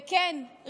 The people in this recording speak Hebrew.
וכן,